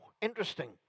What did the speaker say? interesting